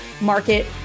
market